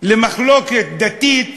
למחלוקת דתית